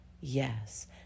yes